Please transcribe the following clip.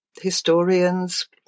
historians